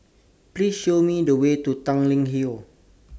Please Show Me The Way to Tanglin Hill